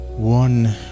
one